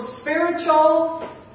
spiritual